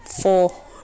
Four